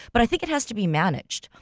but i think it has to be managed,